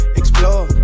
explore